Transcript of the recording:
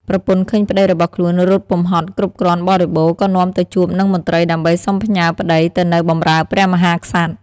ប្រពន្ធឃើញប្តីរបស់ខ្លួនរត់ពុំហត់គ្រប់គ្រាន់បរិបូរ ក៏នាំទៅជួបនឹងមន្ត្រីដើម្បីសុំផ្ញើប្តីទៅនៅបម្រើព្រះមហាក្សត្រ។